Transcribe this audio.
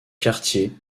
quartier